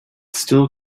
still